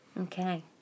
Okay